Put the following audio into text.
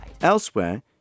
Elsewhere